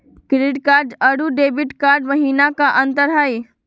Credit card अरू debit card महिना का अंतर हई?